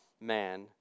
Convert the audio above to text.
man